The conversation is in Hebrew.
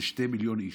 זה שני מיליון איש,